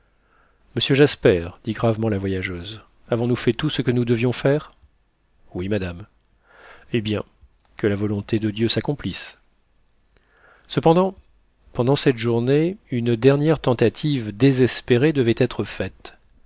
monsieur jasper dit gravement la voyageuse avons-nous fait tout ce que nous devions faire oui madame eh bien que la volonté de dieu s'accomplisse cependant pendant cette journée une dernière tentative désespérée devait être faite